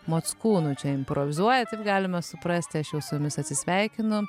mockūnu čia improvizuoja taip galime suprasti aš jau su jumis atsisveikinu